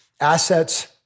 Assets